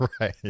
right